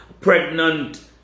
pregnant